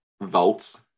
Volts